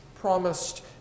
promised